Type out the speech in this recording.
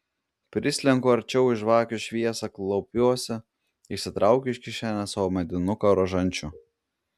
prislenku arčiau į žvakių šviesą klaupiuosi išsitraukiu iš kišenės savo medinuką rožančių